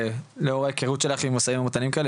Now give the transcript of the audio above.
לאור ההיכרות שלך עם משאים ומתנים כאלה,